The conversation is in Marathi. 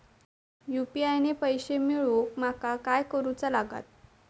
यू.पी.आय ने पैशे मिळवूक माका काय करूचा लागात?